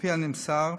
על-פי הנמסר,